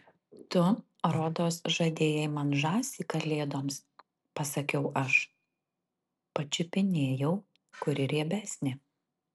tu rodos žadėjai man žąsį kalėdoms pasakiau aš pačiupinėjau kuri riebesnė